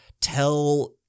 tell